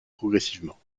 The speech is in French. progressivement